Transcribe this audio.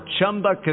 Chumba